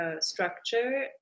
structure